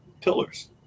pillars